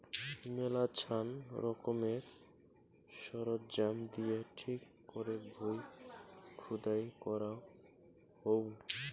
মেলাছান রকমের সরঞ্জাম দিয়ে ঠিক করে ভুঁই খুদাই করাঙ হউ